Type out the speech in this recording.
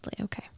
Okay